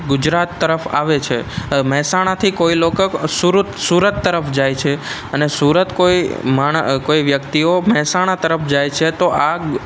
ગુજરાત તરફ આવે છે મહેસાણાથી કોઈ લોકો સુરત તરફ જાય છે અને સુરત કોઈ કોઈ વ્યક્તિઓ મહેસાણા તરફ જાય છે તો આગ